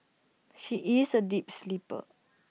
she is A deep sleeper